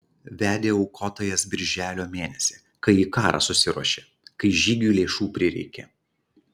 vedė aukotojas birželio mėnesį kai į karą susiruošė kai žygiui lėšų prireikė